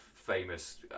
famous